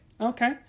Okay